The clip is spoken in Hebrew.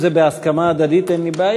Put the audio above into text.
אם זה בהסכמה הדדית, אין לי בעיה.